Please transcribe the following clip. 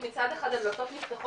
כי מצד אחד הדלתות נפתחות,